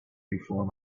before